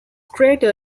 crater